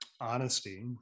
honesty